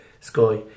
Sky